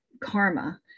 karma